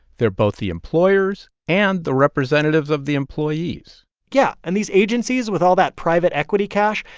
they're both the employers and the representatives of the employees yeah. and these agencies, with all that private equity cash,